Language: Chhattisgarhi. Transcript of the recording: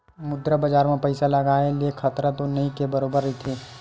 मुद्रा बजार म पइसा लगाय ले खतरा तो नइ के बरोबर रहिथे